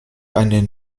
einen